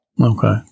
Okay